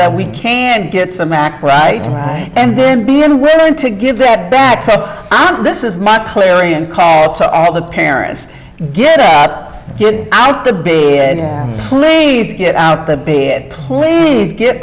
that we can get some act right and then being willing to give that back so this is my clarion call to all the parents get a good out the b please get out the big please get